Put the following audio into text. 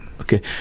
Okay